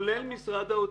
כולל משרד האוצר,